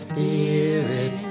Spirit